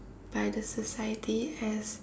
by the society as